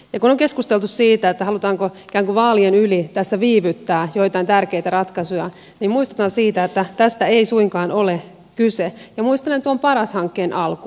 kun on keskusteltu siitä halutaanko ikään kuin vaalien yli tässä viivyttää joitain tärkeitä ratkaisuja niin muistutan siitä että tästä ei suinkaan ole kyse ja muistelen paras hankkeen alkua